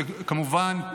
וכמובן,